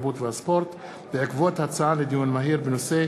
התרבות והספורט בעקבות דיון מהיר בהצעה